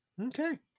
okay